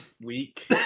week